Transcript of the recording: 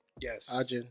Yes